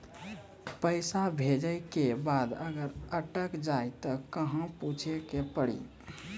पैसा भेजै के बाद अगर अटक जाए ता कहां पूछे के पड़ी?